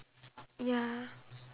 ya